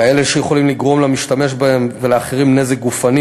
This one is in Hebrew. כאלה שיכולים לגרום למשתמש בהם ולאחרים נזק גופני,